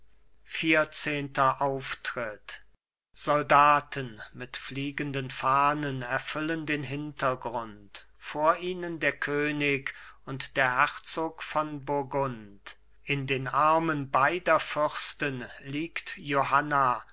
vierzehnter auftritt soldaten mit fliegenden fahnen erfüllen den hintergrund vor ihnen der könig und der herzog von burgund in den armen beider fürsten liegt johanna